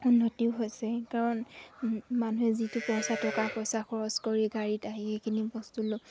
উন্নতিও হৈছে কাৰণ মানুহে যিটো পইচা টকা পইচা খৰচ কৰি গাড়ীত আহি এইখিনি বস্তু লৈ